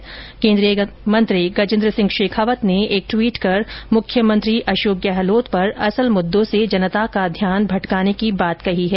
इस बीच केन्द्रीय मंत्री गजेन्द्र सिंह शेखावत ने एक ट्वीट कर मुख्यमंत्री गहलोत पर असल मुद्दों से जनता का ध्यान भटकाने की बात कही है